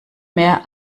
mehr